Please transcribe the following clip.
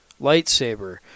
lightsaber